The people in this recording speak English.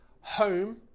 Home